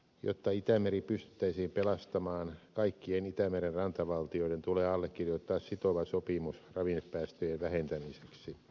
jotta itämeri pystyttäisiin pelastamaan kaikkien itämeren rantavaltioiden tulee allekirjoittaa sitova sopimus ravinnepäästöjen vähentämiseksi